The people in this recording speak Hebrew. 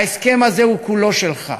ההסכם הזה הוא כולו שלך.